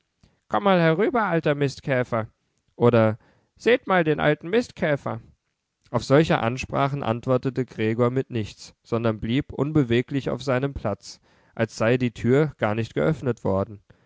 komm mal herüber alter mistkäfer oder seht mal den alten mistkäfer auf solche ansprachen antwortete gregor mit nichts sondern blieb unbeweglich auf seinem platz als sei die tür gar nicht geöffnet worden